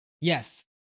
Yes